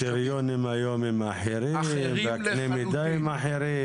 הקריטריונים היום הם אחרים, קני המידה הם אחרים.